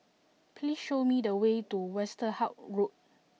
please show me the way to Westerhout Road